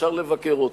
אפשר לבקר אותם.